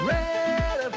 Red